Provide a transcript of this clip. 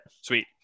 Sweet